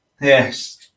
yes